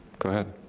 go ahead.